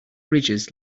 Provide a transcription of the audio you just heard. ridges